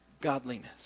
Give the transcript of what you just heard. godliness